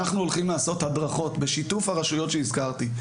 אנחנו הולכים לעשות הדרכות בשיתוף הרשויות שהזכרתי,